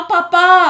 Papa